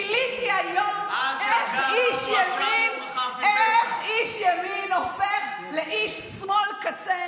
גיליתי היום איך איש ימין הופך לאיש שמאל קצה,